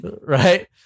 right